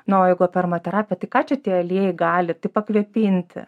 na o jeigu apie aromaterapiją tai ką čia tie aliejai gali tik pakvėpinti